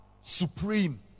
Supreme